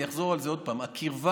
ואני אחזור על זה עוד פעם: הקרבה,